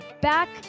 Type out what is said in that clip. back